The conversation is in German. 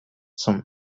zum